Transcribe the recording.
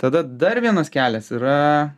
tada dar vienas kelias yra